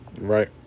Right